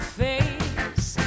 face